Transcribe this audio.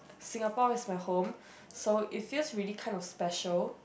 Singapore is my home so it feels really kind of special